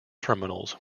terminals